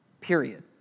period